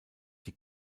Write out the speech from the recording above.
die